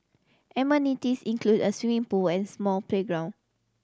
amenities include a swimming pool and small playground